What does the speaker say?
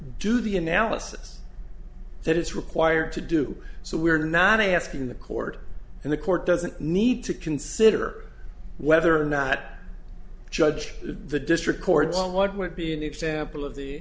do the analysis that it's required to do so we're not asking the court and the court doesn't need to consider whether or not judge the district court on what would be an example of the